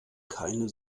keine